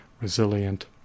resilient